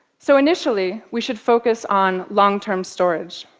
so initially, we should focus on long-term storage.